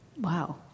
wow